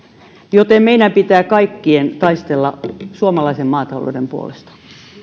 joten meidän kaikkien pitää taistella suomalaisen maatalouden puolesta